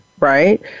right